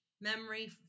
memory